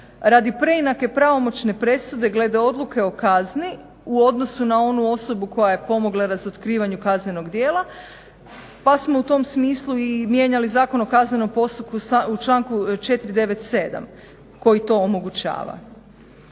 radi preinake pravomoćne presude glede odluke o kazni u odnosu na onu osobu koja je pomogla razotkrivanju kaznenog djela pa smo u tom smislu i mijenjali i ZKP u članku 497. koji to omogućava.